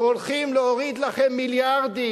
והולכים להוריד לכם מיליארדים.